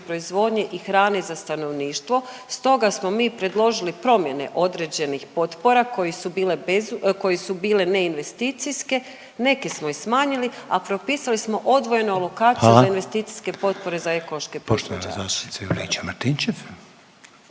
proizvodnje i hrane za stanovništvo. Stoga smo mi predložili promjene određenih potpora koje su bile neinvesticijske. Neke smo i smanjili, a propisali smo odvojeno alokaciju za … …/Upadica Reiner: Hvala./… … investicijske potpore